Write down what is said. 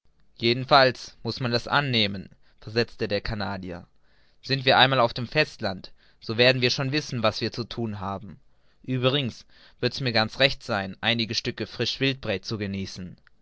jedenfalls muß man das annehmen versetzte der canadier sind wir einmal auf dem festland so werden wir schon wissen was wir zu thun haben uebrigens würde mir's schon ganz recht sein einige stücke frisch wildpret zu genießen